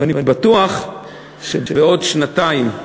ואני בטוח שבעוד שנתיים,